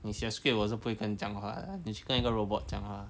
你写 script 我是不会跟你讲话的你去跟一个 robot 讲话